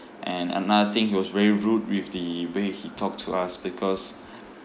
and another thing he was very rude with the way he talked to us because